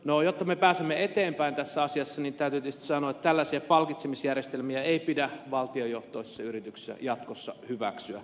no jotta me pääsemme eteenpäin tässä asiassa niin täytyy tietysti sanoa että tällaisia palkitsemisjärjestelmiä ei pidä valtiojohtoisessa yrityksessä jatkossa hyväksyä